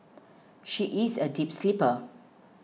she is a deep sleeper